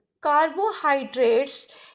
carbohydrates